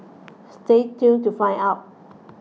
stay tuned to find out